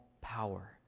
power